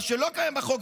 מה שלא קיים בחוק,